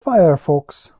firefox